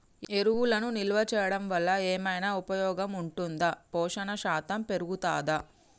ఎరువులను నిల్వ చేయడం వల్ల ఏమైనా ఉపయోగం ఉంటుందా పోషణ శాతం పెరుగుతదా?